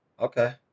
okay